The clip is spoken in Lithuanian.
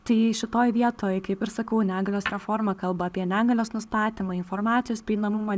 tai šitoj vietoj kaip ir sakau negalios reforma kalba apie negalios nustatymo informacijos prieinamumą